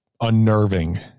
unnerving